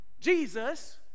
Jesus